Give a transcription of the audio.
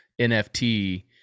NFT